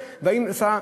או צריך